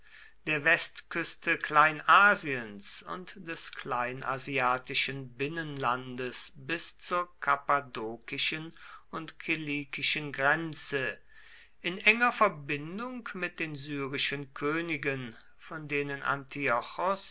der westküste kleinasiens und des kleinasiatischen binnenlandes bis zur kappadokischen und kilikischen grenze in enger verbindung mit den syrischen königen von denen